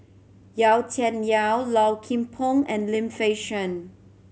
Yau Tian Yau Low Kim Pong and Lim Fei Shen